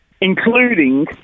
including